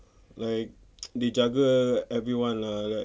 like they jaga everyone lah like